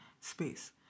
space